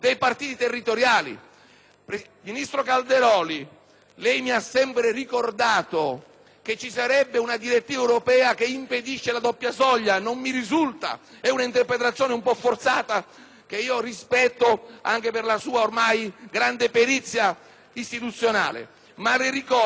Ministro Calderoli, lei mi ha sempre ricordato che ci sarebbe una direttiva europea che impedisce la doppia soglia: non mi risulta; è un'interpretazione un po' forzata che rispetto anche per la sua ormai grande perizia istituzionale, ma ricordo a lei, all'uomo che ha